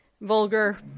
vulgar